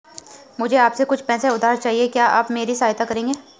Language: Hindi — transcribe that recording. मुझे आपसे कुछ पैसे उधार चहिए, क्या आप मेरी सहायता करेंगे?